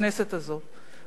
בכנסת הזאת,